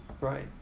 right